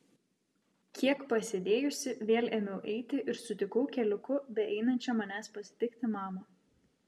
kiek pasėdėjusi vėl ėmiau eiti ir sutikau keliuku beeinančią manęs pasitikti mamą